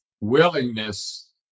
willingness